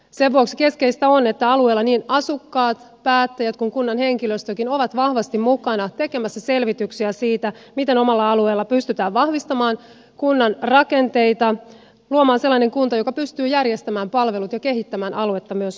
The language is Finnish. sen vuoksi keskeistä on että alueella niin asukkaat päättäjät kuin kunnan henkilöstökin ovat vahvasti mukana tekemässä selvityksiä siitä miten omalla alueella pystytään vahvistamaan kunnan rakenteita luomaan sellainen kunta joka pystyy järjestämään palvelut ja kehittämään aluetta myös tulevaisuudessa